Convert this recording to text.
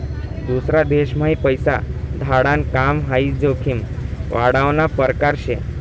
दूसरा देशम्हाई पैसा धाडाण काम हाई जोखीम वाढावना परकार शे